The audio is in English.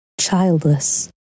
Childless